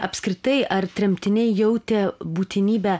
apskritai ar tremtiniai jautė būtinybę